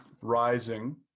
Rising